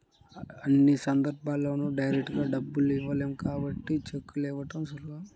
అన్ని సందర్భాల్లోనూ డైరెక్టుగా డబ్బుల్ని ఇవ్వలేం కాబట్టి చెక్కుల్ని ఇవ్వడం సులువు